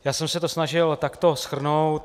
Já jsem se to snažil takto shrnout.